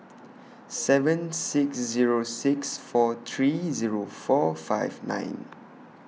seven six Zero six four three Zero four five nine